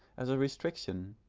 as a restriction,